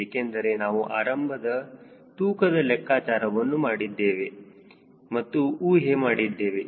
ಏಕೆಂದರೆ ನಾವು ಆರಂಭದ ತೂಕದ ಲೆಕ್ಕಾಚಾರವನ್ನು ಮಾಡಿದ್ದೇವೆ ಮತ್ತು ಊಹೆ ಮಾಡಿದ್ದೇವೆ